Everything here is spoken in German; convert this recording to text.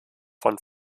von